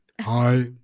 Hi